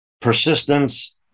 persistence